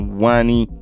wani